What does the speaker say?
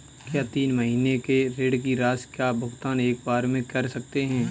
क्या तीन महीने के ऋण की राशि का भुगतान एक बार में कर सकते हैं?